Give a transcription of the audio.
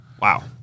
Wow